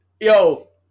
Yo